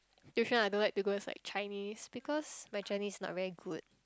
tuition I don't like to go is like Chinese because my Chinese is not very good